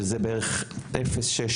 שזה בערך 0.6%,